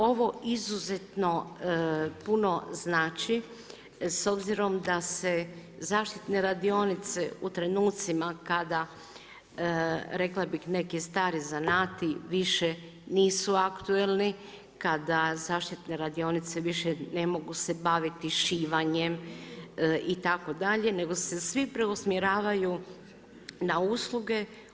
Ovo izuzetno puno znači s obzirom da se zaštitne radionice u trenucima kada rekla bih neki stari zanati više nisu aktualni, kada zaštitne radionice više ne mogu se baviti šivanjem itd. nego se svi preusmjeravaju na usluge.